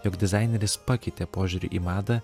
jog dizaineris pakeitė požiūrį į madą